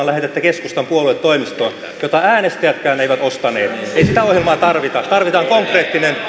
lähetätte keskustan puoluetoimistoon vanhan vaaliohjelman jota äänestäjätkään eivät ostaneet ei sitä ohjelmaa tarvita tarvitaan konkreettinen